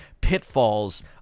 pitfalls